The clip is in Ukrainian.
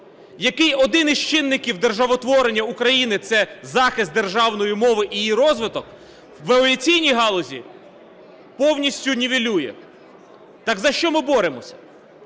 який один з чинників державотворення України – це захист державної мови і її розвиток, - в авіаційній галузі повністю нівелює. Так за що ми боремося?